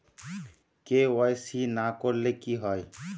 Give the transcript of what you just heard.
KYC না করলে কি হয়?